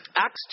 Acts